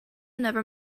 never